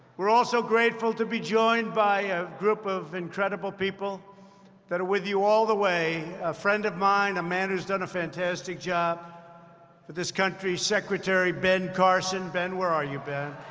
we're also grateful to be joined by a group of incredible people that are with you all the way a friend of mine, a man who's done a fantastic job for this country, secretary ben carson. ben? where are you, ben?